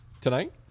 Tonight